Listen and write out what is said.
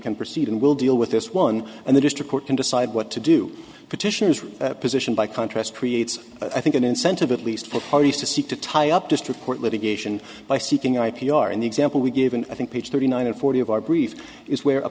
can proceed and we'll deal with this one and the district court can decide what to do petitioners position by contrast creates i think an incentive at least for parties to seek to tie up district court litigation by seeking i p r in the example we've given i think page thirty nine and forty of our brief is where a